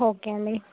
okay అండి